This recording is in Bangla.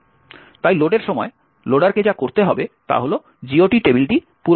তাই লোডের সময় লোডারকে যা করতে হবে তা হল GOT টেবিলটি পূরণ করা